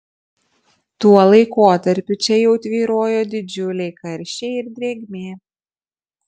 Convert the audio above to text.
tuo laikotarpiu čia jau tvyrojo didžiuliai karščiai ir drėgmė